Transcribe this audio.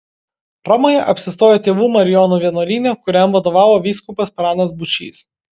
romoje apsistojo tėvų marijonų vienuolyne kuriam vadovavo vyskupas pranas būčys